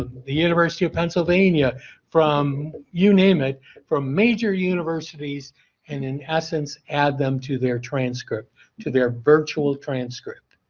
the university of pennsylvania from you name it from major universities and in essence add them to their transcript to their virtual transcript.